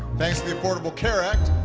thanks to the affordable care act,